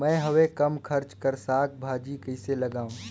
मैं हवे कम खर्च कर साग भाजी कइसे लगाव?